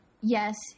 yes